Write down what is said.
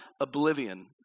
oblivion